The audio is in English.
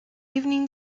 evening